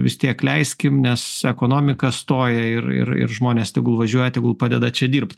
vis tiek leiskim nes ekonomika stoja ir ir ir žmonės tegul važiuoja tegul padeda čia dirbt